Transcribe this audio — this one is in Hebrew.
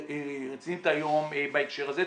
הרשויות המקומיות הן המערכת הרצינית היום בהקשר הזה.